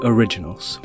Originals